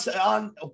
on